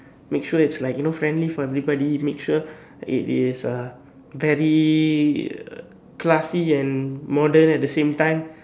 make sure it's like you know friendly for everybody make sure it is uh very classy and modern at the same time